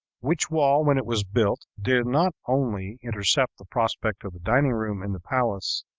which wall when it was built, did not only intercept the prospect of the dining-room in the palace,